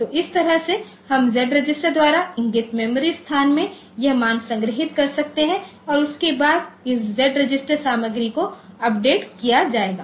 तो इस तरह से हम Z रजिस्टर द्वारा इंगित मेमोरी स्थान में यह मान संग्रहीत कर सकते हैं उसके बाद इस Z रजिस्टर सामग्री को अपडेट किया जाएगा